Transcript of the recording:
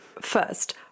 First